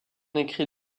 écrit